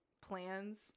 plans